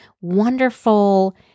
wonderful